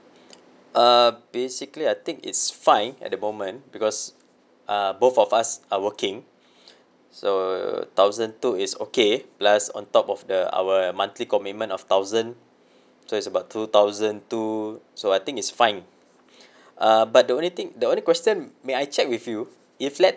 uh basically I think it's fine at the moment because uh both of us are working so thousand two is okay plus on top of the our monthly commitment of thousand so it's about two thousand two so I think it's fine uh but the only thing the only question may I check with you if let's